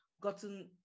gotten